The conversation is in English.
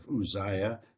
uzziah